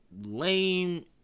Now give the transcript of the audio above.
lame